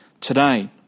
today